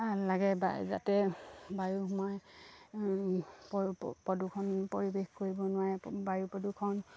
লাগে যাতে বায়ু সোমাই প্ৰদূষণ পৰিৱেশ কৰিব নোৱাৰে বায়ু প্ৰদূষণ